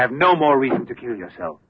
have no more reason to kill yourself